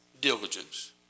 diligence